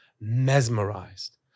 mesmerized